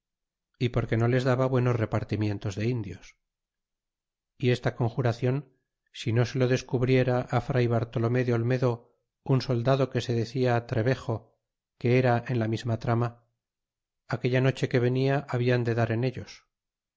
y porque no les daba buenos repartimientos de indios y esta conjuracion si no se lo descubriera fr bartolomé de olmedo un soldado que se decia trebejo que era en la misma trama aquella noche que venia habian de dar en ellos